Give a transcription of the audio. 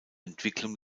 entwicklung